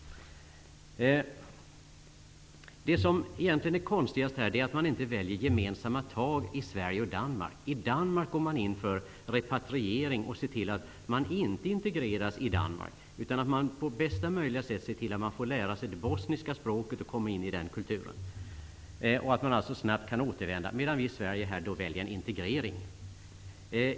Det som egentligen är konstigast är att man i Sverige och Danmark inte väljer att ta gemensamma tag. I Danmark går man in för repatriering och ser till att flyktingarna inte integreras i Danmark. Man ser på bästa möjliga sätt till att de får lära sig det bosniska språket och att de kommer in i den kulturen, så att de alltså snabbt kan återvända. Här i Sverige väljer vi däremot en integrering.